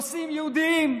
נושאים יהודיים,